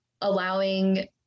allowing